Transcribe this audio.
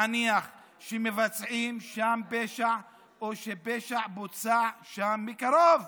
להניח שמבצעים שם פשע או שפשע בוצע שם מקרוב.